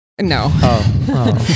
No